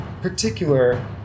particular